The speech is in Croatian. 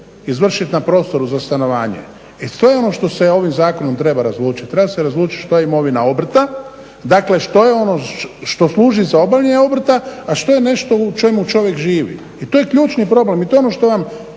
izvršiti na prostoru za stanovanje. E to je ono što se ovim zakonom treba razlučiti. Treba se razlučiti što je imovina obrta. Dakle, što je ono što služi za obavljanje obrta a što je nešto u čemu čovjek živi. I to je ključni problem i to je ono što vam,